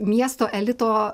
miesto elito